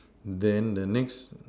then the next